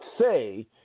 say